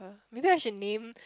maybe I should name